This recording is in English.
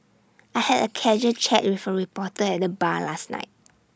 I had A casual chat with A reporter at the bar last night